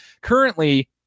currently